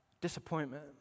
disappointment